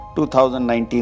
2019